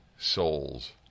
souls